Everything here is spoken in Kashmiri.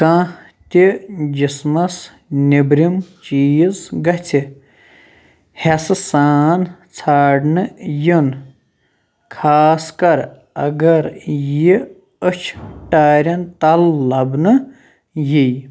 کانٛہہ تہِ جِسمس نیبرِم چیٖز گژھِ حیسہٕ سان ژھانڈنہٕ یُن خاص كر اگر یہِ أچھ ٹارین تل لبنہٕ یی